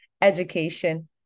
education